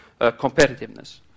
competitiveness